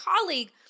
colleague